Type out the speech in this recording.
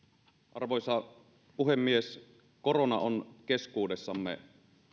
arvoisa puhemies korona on keskuudessamme